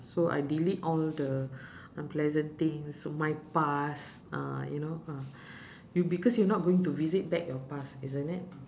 so I delete all the unpleasant things my past uh you know uh you because you not going to visit back your past isn't it